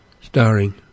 starring